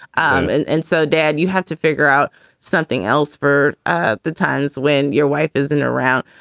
um and and so, dad, you have to figure out something else for ah the times when your wife isn't around.